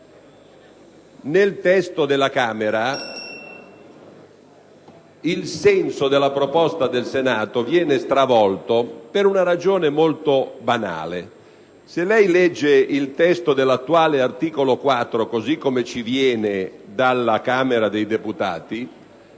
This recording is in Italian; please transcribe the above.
Nel testo della Camera il senso della proposta del Senato viene stravolto per una ragione molto banale. Se si legge il testo dell'attuale articolo 4, così come ci viene dalla Camera dei deputati,